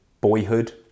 boyhood